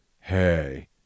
hey